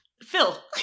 Phil